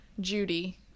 Judy